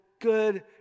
good